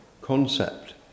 concept